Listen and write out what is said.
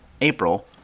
April